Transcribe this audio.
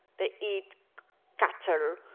they eat cattle,